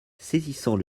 saisissant